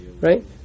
right